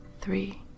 three